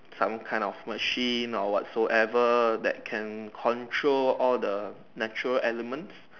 some kind of a machine or whatsoever that can control all the natural element